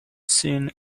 seen